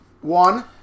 one